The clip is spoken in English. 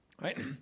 Right